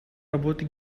работы